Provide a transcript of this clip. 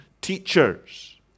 teachers